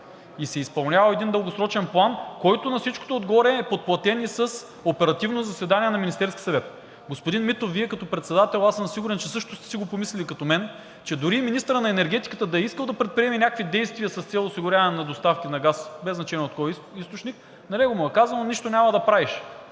и се изпълнява един дългосрочен план, който на всичкото отгоре e подплатен и с оперативно заседание на Министерския съвет. Господин Митов, Вие като председател, а аз съм сигурен, че също сте си го помислили като мен, че дори и министърът на енергетиката да е искал да предприеме някакви действия с цел осигуряване на доставки на газ – без значение от кой източник, на него му е казано: нищо няма да правиш.